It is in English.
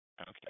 Okay